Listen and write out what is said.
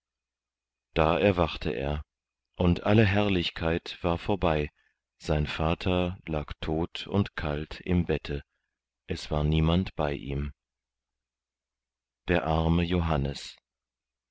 da erwachte er und alle herrlichkeit war vorbei sein vater lag tot und kalt im bette es war niemand bei ihm der arme johannes